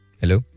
Hello